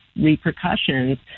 repercussions